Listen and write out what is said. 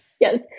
Yes